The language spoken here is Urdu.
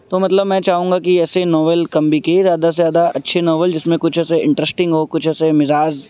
تو مطلب میں چاہوں گا کہ ایسے ناول کم بکے زیادہ سے زیادہ اچھے ناول جس میں کچھ ایسے انٹرسٹنگ ہو کچھ ایسے مزاج